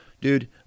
dude